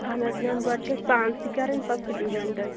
اہن حظ میم گۄڈٕ چھِ اَسہِ پانسٕے کَرٕنۍ پَتہٕ سٹوڈنٹن